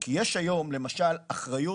כי היום יש, למשל, אחריות